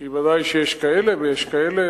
כי ודאי שיש כאלה ויש כאלה,